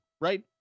right